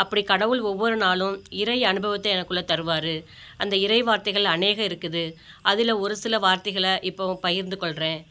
அப்படி கடவுள் ஒவ்வொரு நாளும் இறை அனுபவத்தை எனக்குள்ளெ தருவார் அந்த இறை வார்த்தைகள் அநேகம் இருக்குது அதில் ஒரு சில வார்த்தைகள இப்போ பகிர்ந்து கொள்கிறேன்